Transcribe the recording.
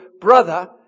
brother